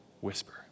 whisper